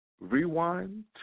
rewind